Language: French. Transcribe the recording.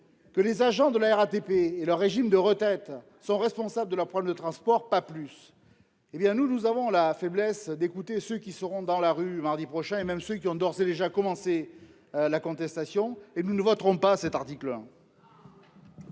Que les agents de la RATP et le régime de retraite sont responsables de la prime de transport, pas plus. Eh bien nous nous avons la faiblesse d'écouter ceux qui seront dans la rue mardi prochain et même ceux qui ont d'ores et déjà commencé. La contestation et nous ne voterons pas cet article.